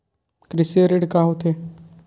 कृषि ऋण का होथे?